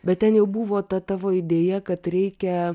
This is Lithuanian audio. bet ten jau buvo ta tavo idėja kad reikia